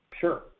Sure